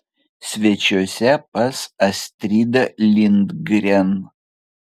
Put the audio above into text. svečiuose pas astridą lindgren